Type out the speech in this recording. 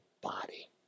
body